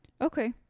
Okay